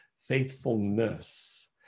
faithfulness